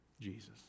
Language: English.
Jesus